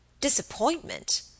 Disappointment